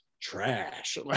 Trash